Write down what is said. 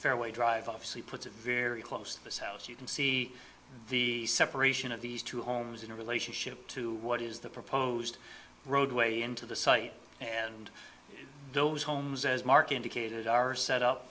with fairway drive off c puts it very close to this house you can see the separation of these two homes in relationship to what is the proposed roadway into the site and those homes as mark indicated are set up